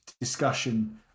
discussion